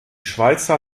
schweizer